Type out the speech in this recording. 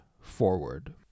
forward